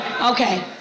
Okay